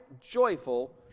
joyful